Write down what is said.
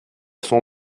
son